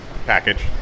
package